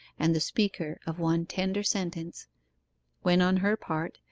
and the speaker of one tender sentence when on her part,